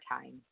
time